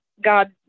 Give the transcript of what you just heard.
God